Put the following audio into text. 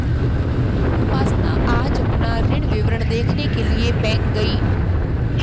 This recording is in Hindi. उपासना आज अपना ऋण विवरण देखने के लिए बैंक गई